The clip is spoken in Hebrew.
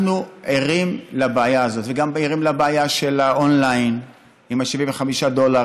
אנחנו ערים לבעיה הזאת וגם ערים לבעיה של האון-ליין עם ה-75 דולר.